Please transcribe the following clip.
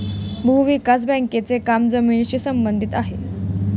भूविकास बँकेचे काम जमिनीशी संबंधित आहे